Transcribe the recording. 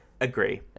Agree